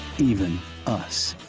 even us.